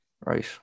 right